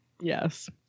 yes